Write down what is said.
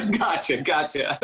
and gotcha. gotcha.